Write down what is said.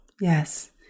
Yes